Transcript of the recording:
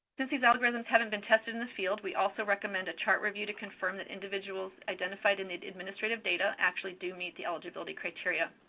since these algorithms haven't been tested in the field, we also recommend a chart review to confirm that individuals identified in the administrative data actually do meet the eligibility criteria.